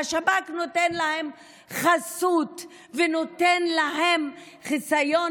והשב"כ נותן להם חסות ונותן להם חיסיון,